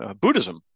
Buddhism